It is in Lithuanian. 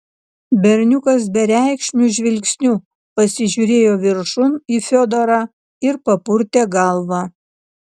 berniukas bereikšmiu žvilgsniu pasižiūrėjo viršun į fiodorą ir papurtė galvą